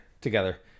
together